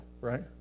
right